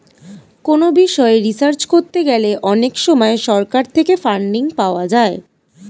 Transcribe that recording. কোনো বিষয়ে রিসার্চ করতে গেলে অনেক সময় সরকার থেকে ফান্ডিং পাওয়া যায়